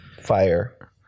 fire